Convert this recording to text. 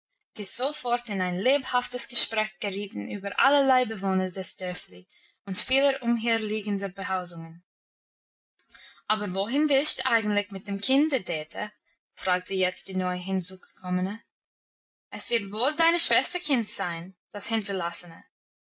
die sofort in ein lebhaftes gespräch gerieten über allerlei bewohner des dörfli und vieler umherliegender behausungen aber wohin willst du eigentlich mit dem kinde dete fragte jetzt die neu hinzugekommene es wird wohl deiner schwester kind sein das hinterlassene